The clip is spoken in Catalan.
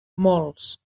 molts